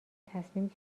تصمیم